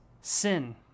sin